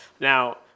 Now